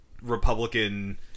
Republican